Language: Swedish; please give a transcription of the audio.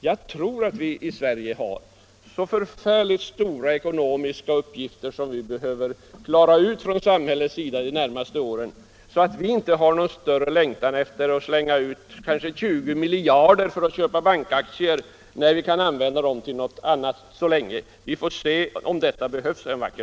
Jag tror att det i Sverige finns så stora ekonomiska uppgifter för samhället att försöka lösa under de närmaste åren att vi inte har någon större längtan efter att slänga ut 20 miljarder kr. för att köpa bankaktier. Men vi får se om det kanske behövs en vacker dag. Näringspolitiken Näringspolitiken